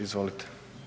Izvolite.